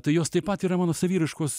tai jos taip pat yra mano saviraiškos